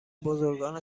بزرگان